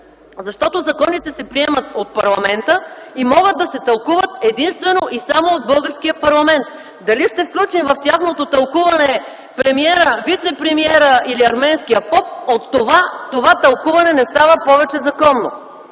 Защото законите се приемат от парламента и могат да се тълкуват единствено и само от българския парламент. Дали ще включим в тяхното тълкуване премиера, вицепремиера или арменския поп, от това тълкуването не става повече законно.